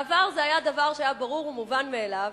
בעבר זה היה דבר ברור ומובן מאליו,